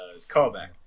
Callback